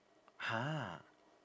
ha